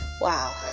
wow